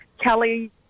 Kelly